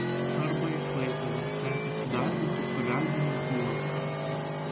arba į klaipėdą ten įsidarbintų pagalbininku uoste